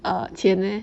err 钱 meh